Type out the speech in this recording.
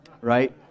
Right